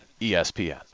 ESPN